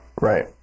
Right